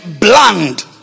bland